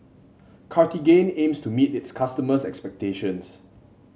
cartigain aims to meet its customers' expectations